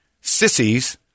Sissies